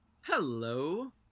Hello